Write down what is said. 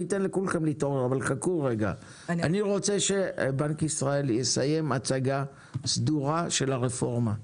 אני רוצה שבנק ישראל יסיים הצגה סדורה של הרפורמה,